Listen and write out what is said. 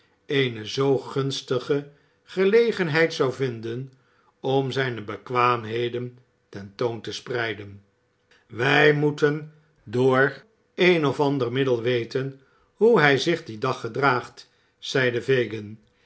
eene zoo gunstige gelegenheid zou vinden om zijne bekwaamheden ten toon te spreiden wij moeten door een of ander middel weten hoe hij zich dien dag gedraagt zeide fagin